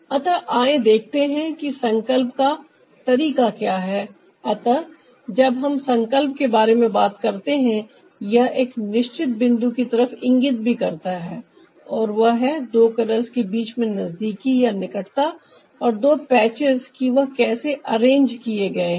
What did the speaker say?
अतः आएं देखते हैं कि संकल्प का तरीका क्या है अतः जब हम संकल्प के बारे में बात करते हैं यह एक निश्चित बिंदु की तरफ इंगित भी करता है और वह है दो कलर्स के बीच में नजदीकी या निकटता और दो पैचेस कि वह कैसे अरेंज किए गए हैं